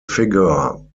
figure